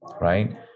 right